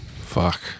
fuck